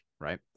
right